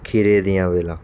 ਖੀਰੇ ਦੀਆਂ ਵੇਲਾਂ